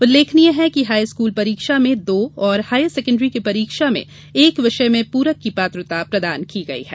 उल्लेखनीय है कि हाई स्कूल परीक्षा में दो और हायर सेकण्ड्री की परीक्षा में एक विषय में पूरक की पात्रता प्रदान की गई है